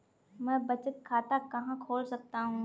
मैं बचत खाता कहाँ खोल सकता हूँ?